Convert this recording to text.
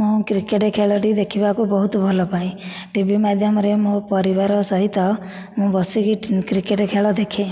ମୁଁ କ୍ରିକେଟ ଖେଳଟି ଦେଖିବାକୁ ବହୁତ ଭଲପାଏ ଟିଭି ମାଧ୍ୟମରେ ମୋ ପରିବାର ସହିତ ମୁଁ ବସିକି କ୍ରିକେଟ ଖେଳ ଦେଖେ